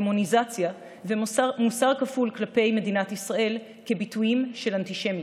דמוניזציה ומוסר מוסר כפול כלפי מדינת ישראל כביטויים של אנטישמיות.